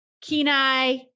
Kenai